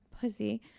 pussy